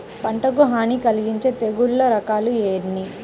పంటకు హాని కలిగించే తెగుళ్ల రకాలు ఎన్ని?